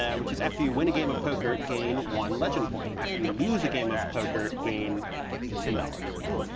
yeah which is, after you win a game of poker, gain one legend point, after you lose a gain of poker, gain ten dollars. ooh.